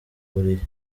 buriri